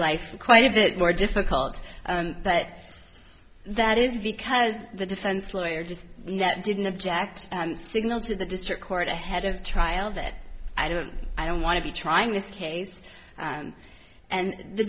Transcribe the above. life quite a bit more difficult but that is because the defense lawyer just yet didn't object signal to the district court ahead of the trial that i don't i don't want to be trying this case and the